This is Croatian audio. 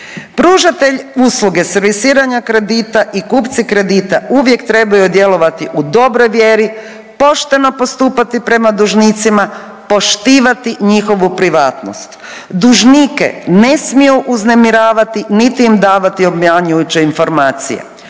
Pružatelj usluge servisiranja kredita i kupci kredita uvijek trebaju djelovati u dobroj vjeri, pošteno postupati prema dužnicima i poštivati njihovu privatnost, dužnike ne smiju uznemiravati, niti im davati obmanjujuće informacije.